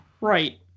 Right